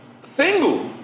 single